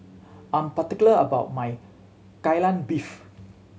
I'm particular about my Kai Lan Beef